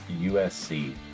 USC